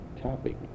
topic